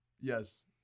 Yes